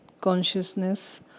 consciousness